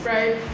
Right